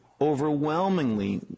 overwhelmingly